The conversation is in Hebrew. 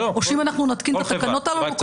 או שאם אנחנו נתקין את התקנות הללו כל